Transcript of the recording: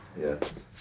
Yes